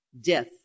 Death